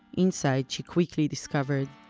inside, she quickly discovered,